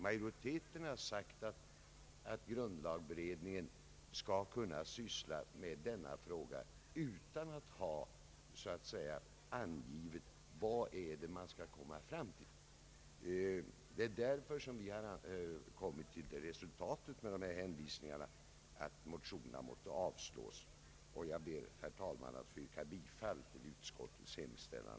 Majoriteten har sagt att grundlagberedningen skall kunna syssla med denna fråga utan att ha fått sig förelagt vad man skall komma fram till. Därför har utskottsmajoriteten kommit till resultatet att motionerna bör avslås. Jag ber, herr talman, att få yrka bifall till utskottets hemställan.